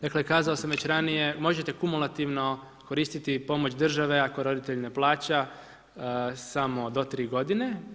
Dakle, kazao sam već ranije, možete kumulativno koristiti pomoć države ako roditelj ne plaća samo do 3 godine.